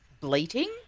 bleating